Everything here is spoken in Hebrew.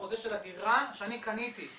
החוזה של הדירה שאני קניתי.